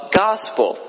gospel